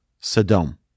Sodom